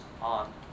on